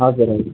हजुर हजुर